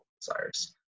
desires